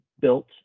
built